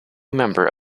member